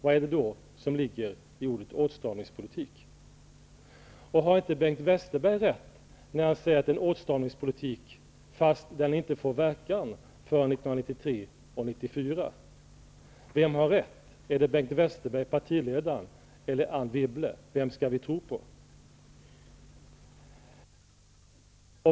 Vad är det annars som ligger i ordet åtstramningspolitik? Har inte Bengt Westerberg rätt när han säger att det är en åtstramningspolitik men att den inte får någon verkan förrän 1993 och 1994? Vem har rätt, är det Wibble? Vem skall vi tro på?